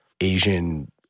Asian